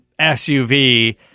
SUV